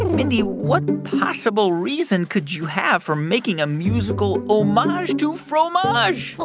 and mindy, what possible reason could you have for making a musical um homage to fromage? well,